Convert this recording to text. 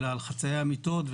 אלא על חצאי אמיתות,